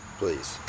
please